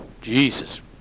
Jesus